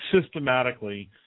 systematically